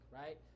right